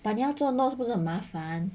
but 你要做 notes 不是很麻烦